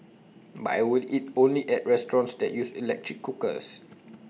but I will eat only at restaurants that use electric cookers